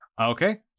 okay